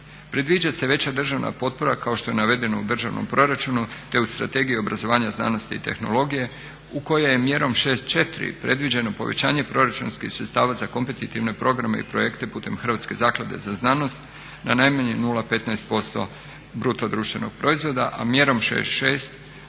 Predviđa se veća državna potpora kao što je navedeno u državnom proračunu te u strategiji obrazovanja, znanosti i tehnologije u kojoj je mjerom 6.4. predviđeno povećanje proračunskih sredstava za kompetitivne programe i projekte putem Hrvatske zaklade za znanost na najmanje 0,15% BDP-a a mjerom 6.6.